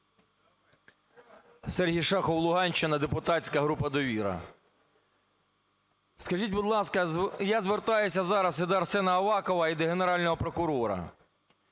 Сергій Шахов, Луганщина, депутатська група "Довіра". Скажіть, будь ласка, я звертаюся зараз до Арсена Авакова і до Генерального прокурора.